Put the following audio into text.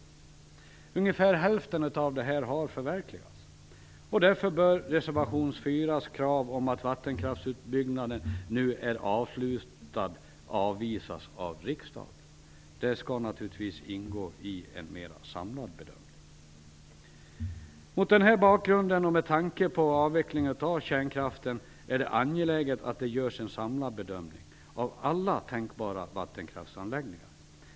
Ungefär hälften av detta har förverkligats, och därför bör kravet i res. 4 om att vattenkraftsutbyggnaden nu är avslutad avvisas av riksdagen. Detta skall naturligtvis ingå i en mera samlad bedömning. Mot den här bakgrunden och med tanke på avvecklingen av kärnkraften är det angeläget att det görs en samlad bedömning av alla tänkbara vattenkraftsanläggningar.